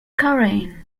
current